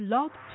Love